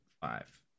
five